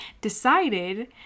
decided